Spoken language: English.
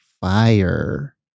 fire